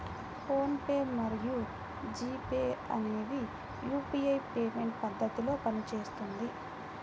phone pay మరియు GPay అనేవి UPI payment పద్ధతిలో పనిచేస్తుంది